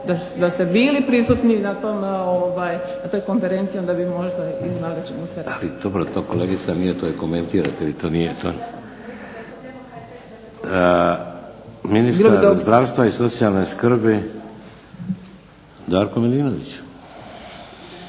da ste bili prisutni na toj konferenciji onda bi možda i znali o čemu se radi. **Šeks, Vladimir (HDZ)** Ali dobro to kolegica nije, to komentirate. To nije. Ministar zdravstva i socijalne skrbi Darko Milinović.